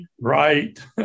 right